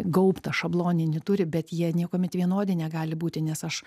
gaubtą šabloninį turi bet jie niekuomet vienodi negali būti nes aš